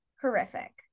horrific